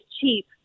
cheap